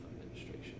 Administration